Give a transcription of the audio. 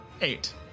eight